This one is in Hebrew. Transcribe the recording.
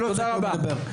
טוב תודה רבה.